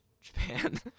Japan